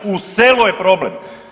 U selu je problem.